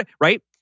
Right